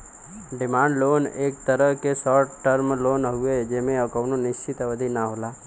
demand loan एक तरे क शार्ट टर्म लोन हउवे जेमे कउनो निश्चित अवधि न होला